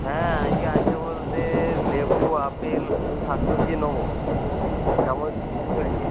হ্যাঁ আজকে আসব বলতে লেবু আপেল কিছু শাক সবজি নেব তো কেমন দাম চলছে